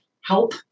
help